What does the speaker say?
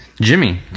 Jimmy